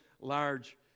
large